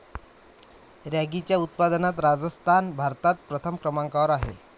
रॅगीच्या उत्पादनात राजस्थान भारतात प्रथम क्रमांकावर आहे